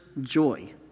joy